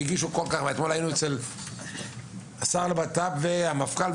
אתמול היינו אצל השר לבט"פ והמפכ"ל,